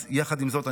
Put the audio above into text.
אז יחד עם זאת,